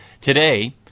Today